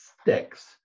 sticks